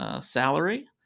salary